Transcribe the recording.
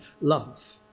love